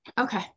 Okay